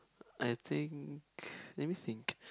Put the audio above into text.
I think let me think